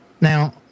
Now